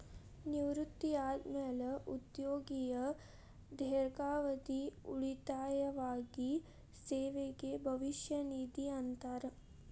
ನಿವೃತ್ತಿ ಆದ್ಮ್ಯಾಲೆ ಉದ್ಯೋಗಿಯ ದೇರ್ಘಾವಧಿ ಉಳಿತಾಯವಾಗಿ ಸೇವೆಗೆ ಭವಿಷ್ಯ ನಿಧಿ ಅಂತಾರ